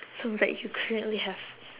songs that you currently have